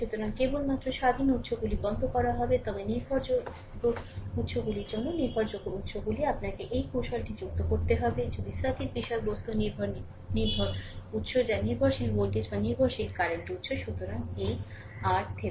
সুতরাং কেবলমাত্র স্বাধীন উৎসগুলো বন্ধ করা হবে তবে নির্ভরযোগ্য উৎসগুলির জন্য নির্ভরযোগ্য উৎসগুলি আপনাকে এই কৌশলটি যুক্ত করতে হবে যদি সার্কিট বিষয়বস্তু নির্ভর নির্ভর উৎস যা নির্ভরশীল ভোল্টেজ বা নির্ভরশীল কারেন্ট উৎস সুতরাং এই RThevenin পেতে